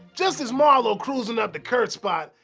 just as marlow cruisin up to kurtz's spot,